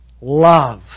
Love